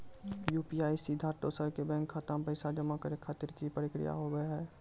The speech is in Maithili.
यु.पी.आई से सीधा दोसर के बैंक खाता मे पैसा जमा करे खातिर की प्रक्रिया हाव हाय?